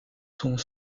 sont